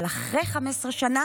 אבל אחרי 15 שנה